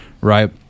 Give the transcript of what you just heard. right